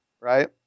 right